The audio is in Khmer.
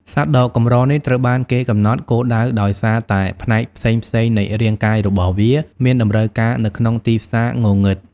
សត្វដ៏កម្រនេះត្រូវបានគេកំណត់គោលដៅដោយសារតែផ្នែកផ្សេងៗនៃរាងកាយរបស់វាមានតម្រូវការនៅក្នុងទីផ្សារងងឹត។